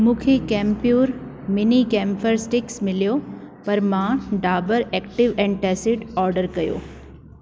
मूंखे Kampure mini camphor sticks मिलियो पर मां डाबर एक्टिव एंटासिड ऑडर कयो